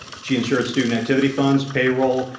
she ensured student activity funds, payroll,